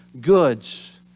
goods